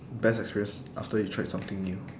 best experience after you tried something new